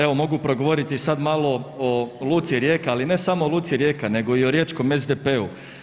Evo mogu progovoriti sad malo o luci Rijeka ali ne samo o luci Rijeka nego i o riječkom SDP-u.